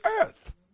earth